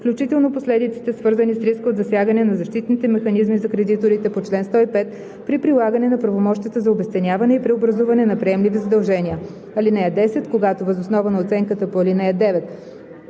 включително последиците, свързани с риска от засягане на защитните механизми за кредиторите по чл. 105, при прилагане на правомощията за обезценяване и преобразуване на приемливи задължения. (10) Когато въз основа на оценката по ал. 9